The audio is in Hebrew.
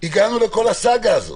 הגענו לכל הסאגה הזאת.